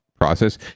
process